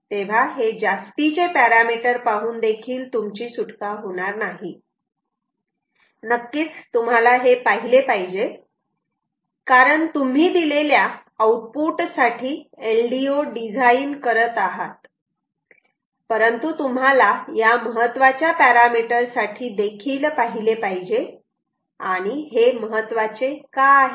तेव्हा हे जास्तीचे पॅरामिटर पाहून देखील तुमची सुटका होणार नाही नक्कीच तुम्हाला हे पाहिले पाहिजे कारण तुम्ही दिलेल्या आउटपुट साठी LDO डिझाईन करत आहात परंतु तुम्हाला या महत्त्वाच्या पॅरामिटर साठी देखील पाहिले पाहिजे आणि हे महत्वाचे का आहे